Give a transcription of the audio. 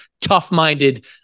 tough-minded